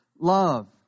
loved